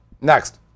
Next